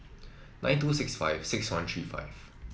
nine two six five six one three five